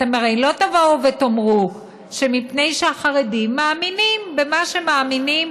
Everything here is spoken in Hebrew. אתם הרי לא תבואו ותאמרו שמפני שהחרדים מאמינים במה שהם מאמינים,